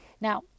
Now